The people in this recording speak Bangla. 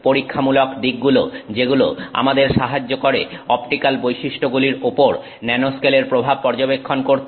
পরীক্ষামূলক দিকগুলো যেগুলো আমাদের সাহায্য করে অপটিক্যাল বৈশিষ্ট্যগুলির উপর ন্যানোস্কেলের প্রভাব পর্যবেক্ষণ করতে